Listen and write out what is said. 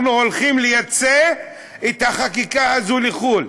אנחנו הולכים לייצא את החקיקה הזאת לחו"ל.